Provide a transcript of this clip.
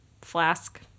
flask